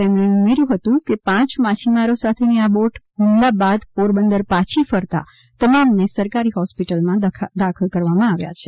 તેમને ઉમેર્યું કે પાંચ માછીમારો સાથેની આ બોટ હુમલા બાદ પોરબંદર પાછી ફરતા તમામને સરકારી હોસ્પિટલમાં દાખલ કરવામાં આવ્યા છે